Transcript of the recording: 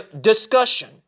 discussion